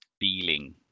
feeling